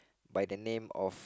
by the name of